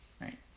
right